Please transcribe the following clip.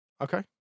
Okay